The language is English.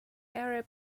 arab